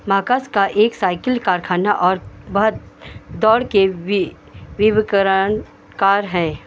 Merckx का एक cycle कारखाना और बह दौड़ के वि विवकरणकार हैं